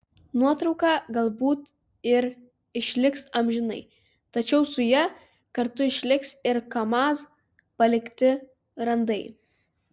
nuotrauka galbūt ir išliks amžinai tačiau su ja kartu išliks ir kamaz palikti randai